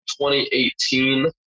2018